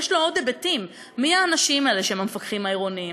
יש עוד היבטים: מי האנשים האלה שהם המפקחים העירוניים?